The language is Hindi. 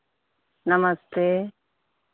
नमस्ते